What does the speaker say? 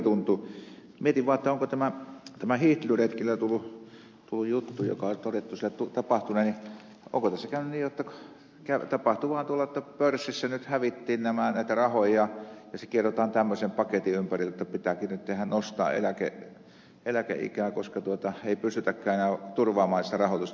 mietin vaan onko tämä hiihtelyretkillä tullut juttu joka on todettu siellä tapahtuneen onko tässä käynyt niin jotta tapahtui vaan tuolla jotta pörssissä hävittiin näitä rahoja ja se kiedotaan tämmöisen paketin ympärille jotta pitääkin nyt vähän nostaa eläkeikää koska ei pystytäkään enää turvaamaan sitä rahoitusta